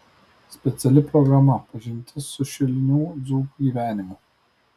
speciali programa pažintis su šilinių dzūkų gyvenimu